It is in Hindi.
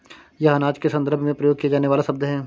यह अनाज के संदर्भ में प्रयोग किया जाने वाला शब्द है